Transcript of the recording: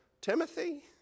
Timothy